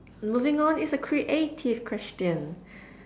moving on it's a creative question